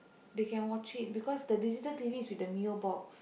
they can watch it because the digital T_V is with the Mio box